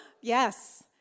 Yes